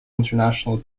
international